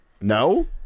No